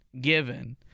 given